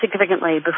significantly